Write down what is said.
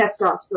testosterone